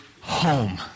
home